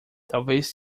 talvez